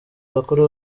bakuru